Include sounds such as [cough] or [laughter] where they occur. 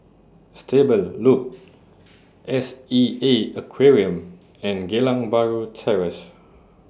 Stable Loop [noise] S E A Aquarium and Geylang Bahru Terrace